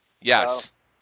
Yes